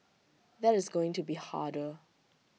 that is going to be harder